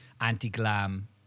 anti-glam